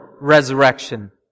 resurrection